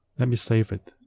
let me save it,